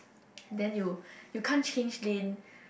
and then you you can't change lane